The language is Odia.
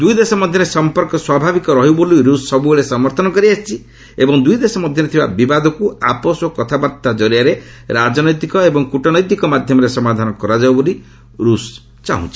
ଦୁଇ ଦେଶ ମଧ୍ୟରେ ସମ୍ପର୍କ ସ୍ୱାଭାବିକ ରହୁ ବୋଲି ରୁଷ୍ ସବୁବେଳେ ସମର୍ଥନ କରିଆସିଛି ଏବଂ ଦ୍ରଇ ଦେଶ ମଧ୍ୟରେ ଥିବା ବିବାଦକୁ ଆପୋଷ କଥାବାର୍ତ୍ତା କରିଆରେ ରାଜନୈତିକ ଓ କ୍ରଟନୈତିକ ମାଧ୍ୟମରେ ସମାଧାନ କରାଯାଉ ବୋଲି ରୃଷ୍ ଚାହୁଁଛି